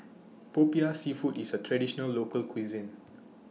Popiah Seafood IS A Traditional Local Cuisine